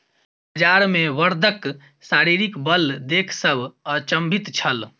बजार मे बड़दक शारीरिक बल देख सभ अचंभित छल